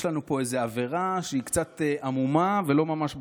יש לנו פה עבירה שהיא קצת עמומה ולא ממש ברורה,